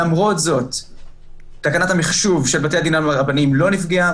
למרות זאת תקנת המחשוב של בתי הדין הרבניים לא נפגעה,